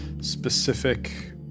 specific